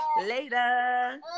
later